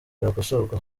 byakosorwa